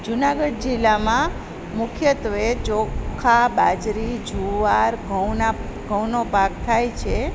જુનાગઢ જિલ્લામાં મુખ્યત્વે ચોખા બાજરી જુવાર ઘઉંના ઘઉંનો પાક થાય છે